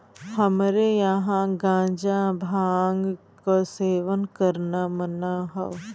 हमरे यहां गांजा भांग क सेवन करना मना हौ